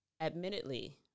admittedly